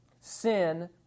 Sin